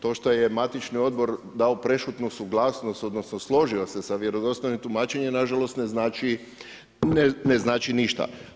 To što je matični odbor dao prešutnu suglasnost odnosno složio se sa vjerodostojnim tumačenjem nažalost, ne znači ništa.